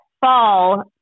fall